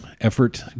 effort